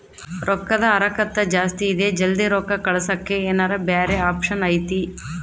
ರೊಕ್ಕದ ಹರಕತ್ತ ಜಾಸ್ತಿ ಇದೆ ಜಲ್ದಿ ರೊಕ್ಕ ಕಳಸಕ್ಕೆ ಏನಾರ ಬ್ಯಾರೆ ಆಪ್ಷನ್ ಐತಿ?